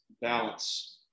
balance